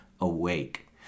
awake